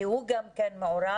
כי הוא גם כן מעורב,